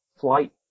flight